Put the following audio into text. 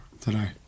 today